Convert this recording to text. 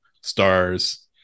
stars